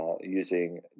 using